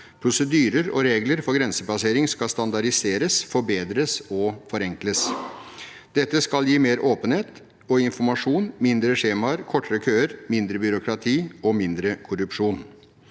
Prosedyrer og regler for grensepassering skal standardiseres, forbedres og forenkles. Dette skal gi mer åpenhet og informasjon, færre skjemaer, kortere køer, mindre byråkrati og mindre korrupsjon.